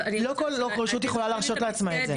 לא כל רשות יכולה להרשות לעצמה את זה.